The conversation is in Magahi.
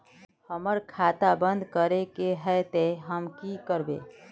हमर खाता बंद करे के है ते हम की करबे?